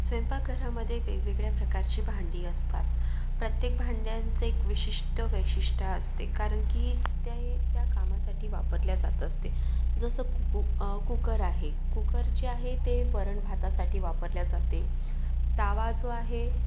स्वयंपाकघरामध्ये वेगवेगळ्या प्रकारची भांडी असतात प्रत्येक भांड्यांचं एक विशिष्ट वैशिष्ट्य असते कारण की त्या कामासाठी वापरले जात आसते जसं कुक कुकर आहे कुकर जे आहे ते वरण भातासाठी वापरले जाते तवा जो आहे